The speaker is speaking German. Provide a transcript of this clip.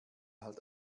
halt